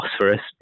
phosphorus